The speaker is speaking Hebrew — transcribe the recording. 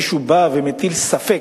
אם מישהו בא ומטיל ספק